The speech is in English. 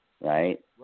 right